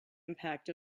impact